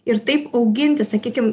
ir taip auginti sakykim